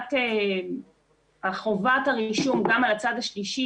והטלת חובת הרישום גם על הצד השלישי,